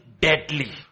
deadly